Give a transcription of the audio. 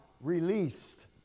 released